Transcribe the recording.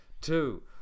two